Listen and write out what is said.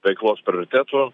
veiklos prioritetų